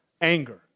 anger